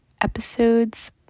episodes